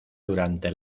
durante